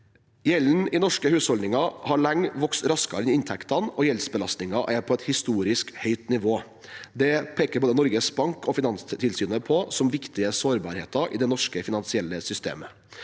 Gjelden i norske husholdninger har lenge vokst raskere enn inntektene, og gjeldsbelastningen er på et historisk høyt nivå. Det peker både Norges Bank og Finanstilsynet på som viktige sårbarheter i det norske finansielle systemet.